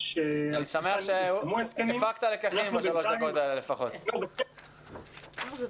לטובת החזרת ההפקות כמה שיותר מהר.